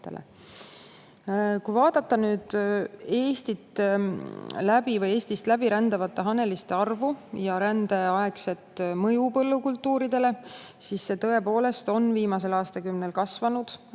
Kui vaadata Eestist läbi rändavate haneliste arvu ja rändeaegset mõju põllukultuuridele, siis [näeme, et] see on tõepoolest viimasel aastakümnel kasvanud.